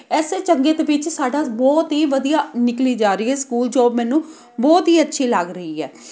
ਇਸੇ ਚੰਗੇ ਦੇ ਵਿੱਚ ਸਾਡਾ ਬਹੁਤ ਹੀ ਵਧੀਆ ਨਿਕਲੀ ਜਾ ਰਹੀ ਹੈ ਸਕੂਲ ਜੋਬ ਮੈਨੂੰ ਬਹੁਤ ਹੀ ਅੱਛੀ ਲੱਗ ਰਹੀ ਹੈ